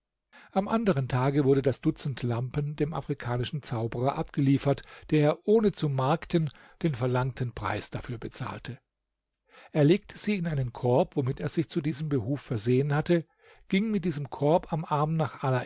am anderen tage wurde das dutzend lampen dem afrikanischen zauberer abgeliefert der ohne zu markten den verlangten preis dafür bezahlte er legte sie in einen korb womit er sich zu diesem behuf versehen hatte ging mit diesem korb am arm nach